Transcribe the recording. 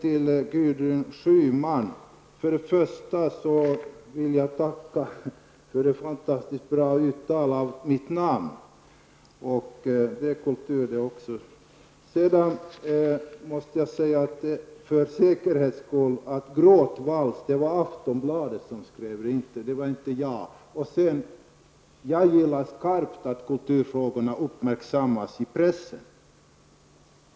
Till Gudrun Schyman: Först vill jag tacka för ett fantastiskt bra uttal av mitt namn -- det är kultur det också. För säkerhets skull vill jag påpeka för Gudrun Schyman att det var Aftonbladet som talade om ''gråtvals'', inte jag. Jag uppskattar mycket att kulturfrågorna uppmärksammas i pressen.